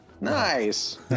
Nice